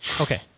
Okay